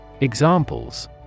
Examples